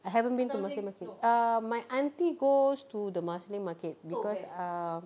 I haven't been to marsiling market err my aunty goes to the marsiling market because uh